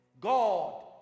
God